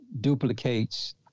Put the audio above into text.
duplicates